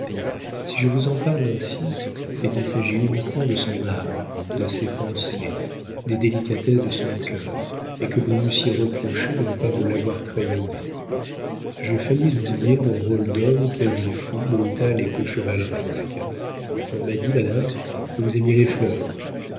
si je vous en parle ainsi c'est qu'il s'agit uniquement de son âme de ses pensées des délicatesses de son cœur et que vous m'eussiez reproché de ne pas vous l'avoir crayonnée je faillis oublier mon rôle d'homme quasi fou brutal et peu chevaleresque on m'a dit madame que vous aimiez les fleurs